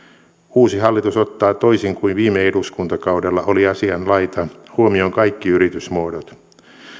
uusi hallitus ottaa toisin kuin viime eduskuntakaudella oli asianlaita huomioon kaikki yritysmuodot